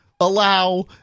allow